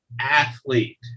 athlete